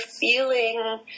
feeling